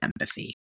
empathy